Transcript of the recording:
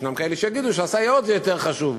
יש כאלה שיגידו שהסייעות זה יותר חשוב.